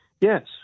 Yes